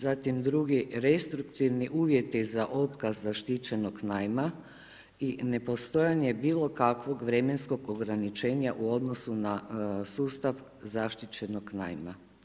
Zatim drugi, restruktivni uvjeti za otkaz zaštićenog najma i nepostojanje bilo kakvog vremenskog ograničenja u odnosu na sustav zaštićenog najma.